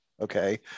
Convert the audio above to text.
okay